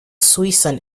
suisun